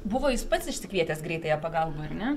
buvo jis pats išsikvietęs greitąją pagalbą ar ne